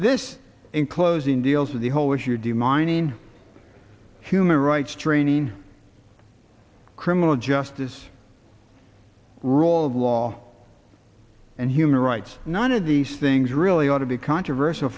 this in closing deals with the whole issue of the mining human rights training criminal justice rule of law and human rights none of these things really ought to be controversial